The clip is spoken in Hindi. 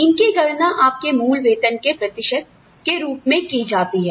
इनकी गणना आपके मूल वेतन के प्रतिशत के रूप में की जाती है